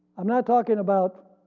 i'm not talking about